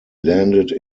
landed